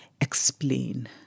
explain